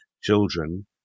children